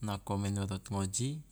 Nako menurut ngoji